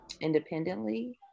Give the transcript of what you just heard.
independently